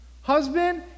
Husband